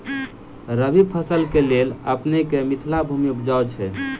रबी फसल केँ लेल अपनेक मिथिला भूमि उपजाउ छै